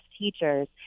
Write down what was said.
teachers